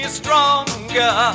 stronger